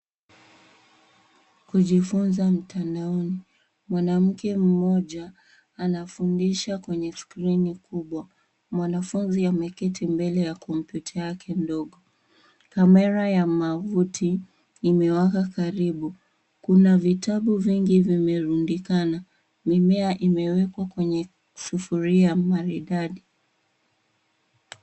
Kujifunza mtandaoni. Mwanamke mmoja, anafundisha kwenye skrini kubwa. Mwanafunzi ameketi mbele ya kompyuta yake ndogo. Kamera ya mavuti, imewaka karibu. Kuna vitabu vingi vimerundikana. Mimea imewekwa kwenye sufuria maridadi.